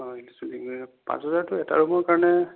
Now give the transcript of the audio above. অঁ পাঁচ হাজাৰতো এটা ৰূমৰ কাৰণে